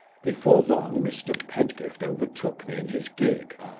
before long, mr. pedgift overtook me in his gig,